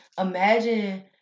imagine